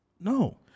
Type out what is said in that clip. No